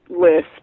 list